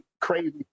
crazy